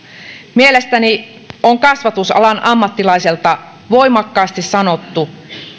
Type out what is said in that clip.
mielestäni on kasvatusalan ammattilaiselta voimakkaasti sanottu